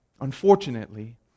Unfortunately